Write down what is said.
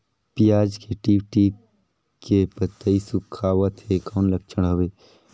पियाज के टीप टीप के पतई सुखात हे कौन लक्षण हवे?